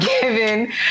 given